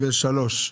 פנייה 343,